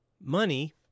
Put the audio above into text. Money